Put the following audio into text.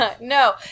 no